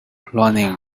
running